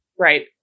Right